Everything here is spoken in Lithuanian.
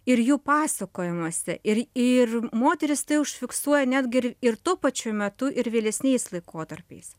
ir jų pasakojimuose ir ir moterys tai užfiksuoja netgi ir ir tuo pačiu metu ir vėlesniais laikotarpiais